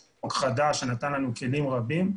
שזה חוק חדש שנתן לנו כלים רבים,